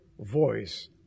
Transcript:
voice